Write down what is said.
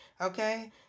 Okay